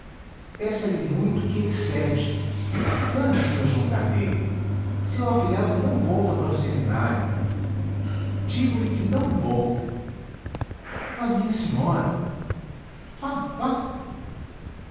arranjar peça-lhe muito que ele cede ande senhor joão carneiro seu afilhado não volta para o seminário digo-lhe que não volta mas minha senhora vá vá